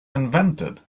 invented